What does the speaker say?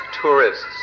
tourists